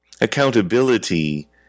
Accountability